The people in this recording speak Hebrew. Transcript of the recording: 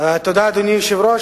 והבריאות.